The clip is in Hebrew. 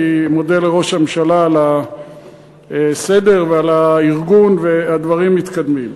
אני מודה לראש הממשלה על הסדר ועל הארגון והדברים מתקדמים.